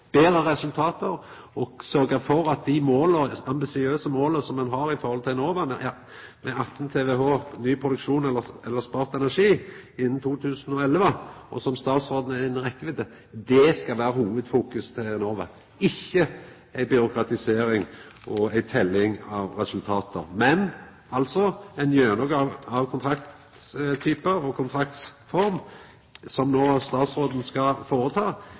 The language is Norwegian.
betre resultat og sørgja for at dei ambisiøse måla som ein har når det gjeld Enova, om 18 TWh ny produksjon eller spart energi innan 2011, som statsråden har sagt er innan rekkjevidd. Det skal vera hovudfokuset til Enova – ikkje ei byråkratisering og ei teljing av resultat. Ein gjennomgang av kontraktstypar og kontraktsform, som statsråden no skal